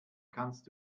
kannst